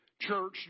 church